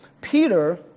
Peter